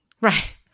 Right